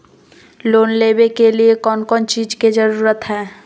Loan लेबे के लिए कौन कौन चीज के जरूरत है?